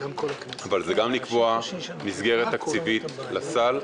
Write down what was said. אבל זה גם לקבוע מסגרת תקציבית לסל,